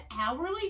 hourly